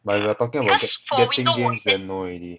but if you're talking about get getting games then no already